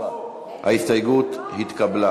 ההסתייגות התקבלה.